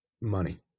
money